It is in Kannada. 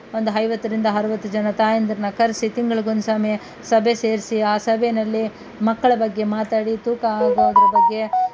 ಒಂದು ಐವತ್ತರಿಂದ ಅರವತ್ತು ಜನ ತಾಯಂದಿರನ್ನ ಕರೆಸಿ ತಿಂಗಳ್ಗೆ ಒಂದು ಸಭೆ ಸಭೆ ಸೇರಿಸಿ ಆ ಸಭೆಯಲ್ಲಿ ಮಕ್ಕಳ ಬಗ್ಗೆ ಮಾತಾಡಿ ತೂಕ ಆಗೋದ್ರ ಬಗ್ಗೆ